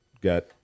got